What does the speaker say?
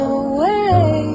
away